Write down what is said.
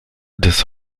des